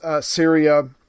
Syria